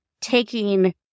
taking